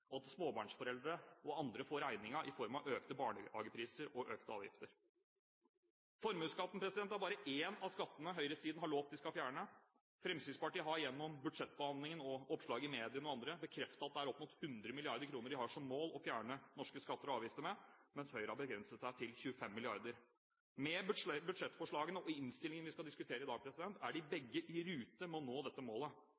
at småbarnsforeldre og andre får regningen i form av økte barnehagepriser og økte avgifter. Formuesskatten er bare én av skattene høyresiden har lovt de skal fjerne. Fremskrittspartiet har gjennom budsjettbehandlingen og oppslag i medier og annet bekreftet at det er oppimot 100 mrd. kr de har som mål å redusere norske skatter og avgifter med, mens Høyre har begrenset seg til 25 mrd. kr. Med budsjettforslagene og innstillingen vi diskuterer i dag, er de